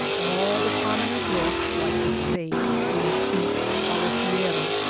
all the commoner growths like the sage, the mesquite, the palo fierro,